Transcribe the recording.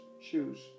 shoes